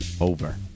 Over